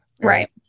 Right